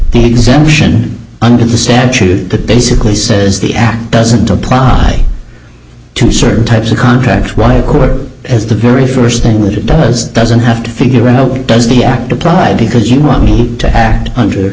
the exemption under the statute that basically says the act doesn't apply to certain types of contracts one quarter as the very first thing that it does doesn't have to figure no does the act applied because you want me to act under